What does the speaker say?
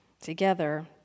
together